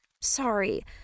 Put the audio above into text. Sorry